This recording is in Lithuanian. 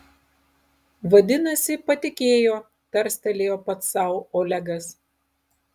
vadinasi patikėjo tarstelėjo pats sau olegas